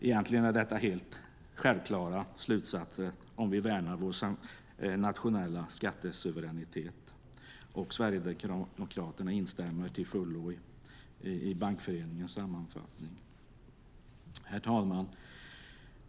Egentligen är det helt självklara slutsatser om vi värnar vår nationella skattesuveränitet, och Sverigedemokraterna instämmer till fullo i Bankföreningens sammanfattning. Herr talman!